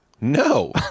No